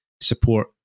support